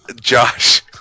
Josh